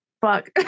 Fuck